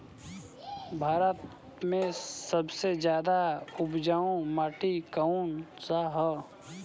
भारत मे सबसे ज्यादा उपजाऊ माटी कउन सा ह?